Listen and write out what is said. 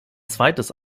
zweites